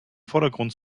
vordergrund